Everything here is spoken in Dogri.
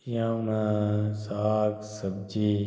जि'यां हून साग सब्जी